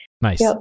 Nice